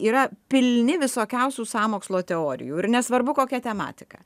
yra pilni visokiausių sąmokslo teorijų ir nesvarbu kokia tematika